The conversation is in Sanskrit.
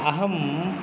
अहं